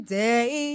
day